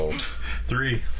Three